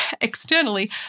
externally